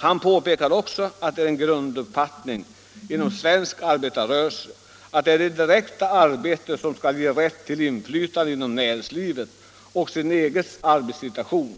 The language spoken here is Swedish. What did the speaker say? Han påpekar också att det är en grunduppfattning inom svensk arbetarrörelse, att det är det direkta arbetet som skall ge rätt till inflytande inom näringslivet och över den egna arbetssituationen